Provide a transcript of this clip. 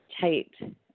tight